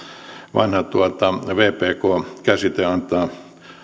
vanha vpk käsite antaa